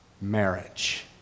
marriage